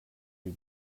you